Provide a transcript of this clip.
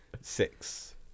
Six